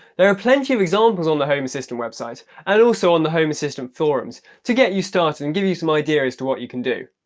there are plenty of examples on the home assistant website, and also on the home assistant forums to get you started and give you some idea as to what you can do.